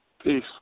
Peace